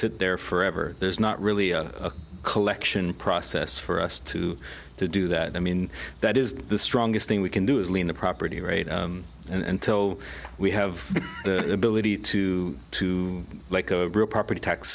sit there forever there's not really a collection process for us to do that i mean that is the strongest thing we can do is clean the property rate until we have the ability to to like a property tax